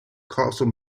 castle